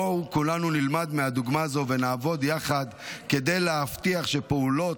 בואו כולנו נלמד מהדוגמה הזו ונעבוד יחד כדי להבטיח שפעולות